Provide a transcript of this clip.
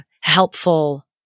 helpful